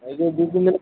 ଏ ଯେଉଁ ଦୁଇଦିନ ବର୍ଷା